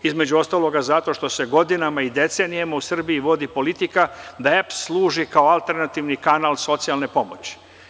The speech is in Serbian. Između ostalog, zato što se godinama i decenijama u Srbiji vodi politika da EPS služi kao alternativni kanal socijalne pomoći.